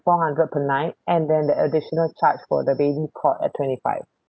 four hundred per night and then the additional charge for the baby cot at twenty five